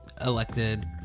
elected